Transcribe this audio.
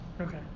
Okay